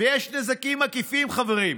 ויש נזקים עקיפים, חברים: